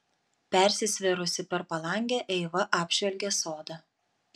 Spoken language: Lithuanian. persisvėrusi per palangę eiva apžvelgė sodą